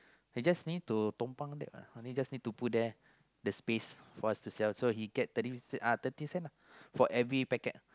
he just need to tumpang that uh only just need to put there the space for us to sell so he get thirty uh thirty cent lah for every pack